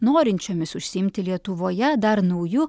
norinčiomis užsiimti lietuvoje dar nauju